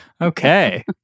Okay